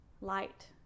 light